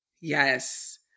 Yes